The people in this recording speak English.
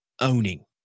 owning